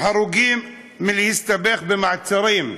הרוגים מלהסתבך במעצרים,